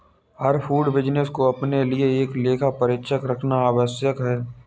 हर food business को अपने लिए एक लेखा परीक्षक रखना आवश्यक है